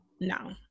No